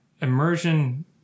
immersion